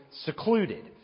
secluded